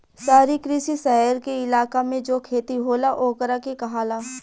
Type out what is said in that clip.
शहरी कृषि, शहर के इलाका मे जो खेती होला ओकरा के कहाला